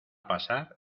pasar